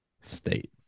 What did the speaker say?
state